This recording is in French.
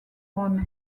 rhône